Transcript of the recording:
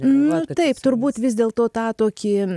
nu taip turbūt vis dėlto tą tokį